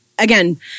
Again